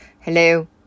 Hello